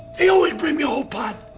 they always bring me a whole pot.